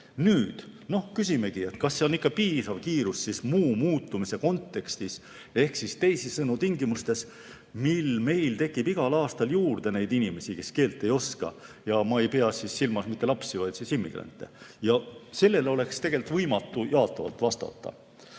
Nüüd küsimegi, kas see on ikka piisav kiirus muu muutumise kontekstis ehk teisisõnu, tingimustes, mil meil tekib igal aastal juurde neid inimesi, kes keelt ei oska, ja ma ei pea silmas mitte lapsi, vaid immigrante. Sellele oleks tegelikult võimatu jaatavalt vastata.